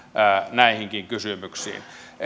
näihinkin kysymyksiin